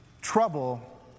trouble